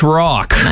rock